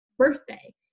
birthday